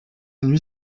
nuit